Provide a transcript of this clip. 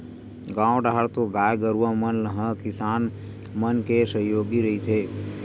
गाँव डाहर तो गाय गरुवा मन ह किसान मन के सहयोगी रहिथे